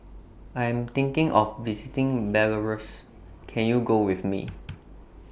I Am thinking of visiting Belarus Can YOU Go with Me